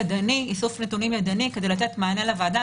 איסוף נתונים ידני כדי לתת מענה לוועדה.